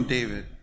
David